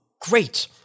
great